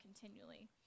continually